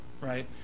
Right